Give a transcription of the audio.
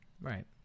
Right